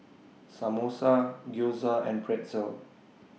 Samosa Gyoza and Pretzel